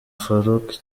farouk